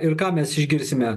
ir ką mes išgirsime